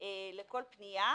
לכל פנייה